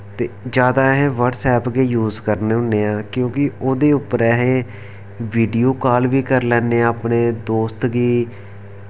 ते जैदा अहें बटसैप गै यूस करने होन्ने आं क्योंकि ओह्दे उप्पर असें वीडियो काल बी करी लैने अपने दोस्त गी